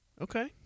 Okay